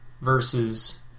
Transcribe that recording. versus